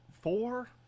four